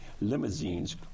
limousines